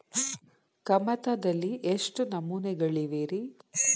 ಕಮತದಲ್ಲಿ ಎಷ್ಟು ನಮೂನೆಗಳಿವೆ ರಿ?